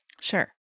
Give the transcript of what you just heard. Sure